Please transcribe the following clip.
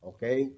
Okay